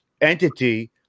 entity